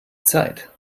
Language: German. zeit